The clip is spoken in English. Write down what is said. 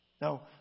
Now